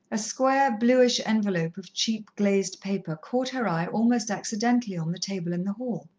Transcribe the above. a square, bluish envelope of cheap glazed paper, caught her eye almost accidentally on the table in the hall.